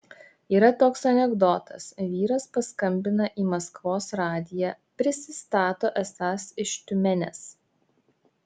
yra toks anekdotas vyras paskambina į maskvos radiją prisistato esąs iš tiumenės